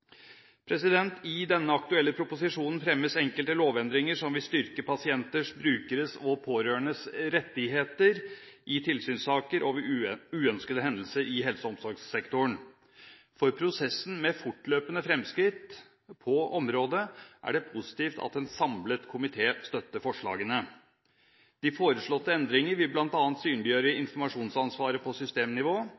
I denne aktuelle proposisjonen fremmes enkelte lovendringer som vil styrke pasienters, brukeres og pårørendes rettigheter i tilsynssaker og ved uønskede hendelser i helse- og omsorgssektoren. For prosessen med fortløpende fremskritt på området er det positivt at en samlet komité støtter forslagene. De foreslåtte endringene vil bl.a. synliggjøre